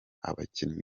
abakinnyi